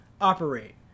operate